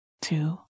two